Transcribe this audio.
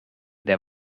der